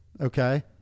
Okay